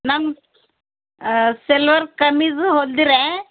ನಮ್ಮ ಸೆಲ್ವಾರ್ ಕಮೀಜು ಹೊಲಿದಿರೆ